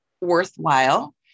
worthwhile